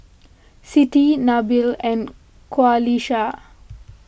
Siti Nabil and Qalisha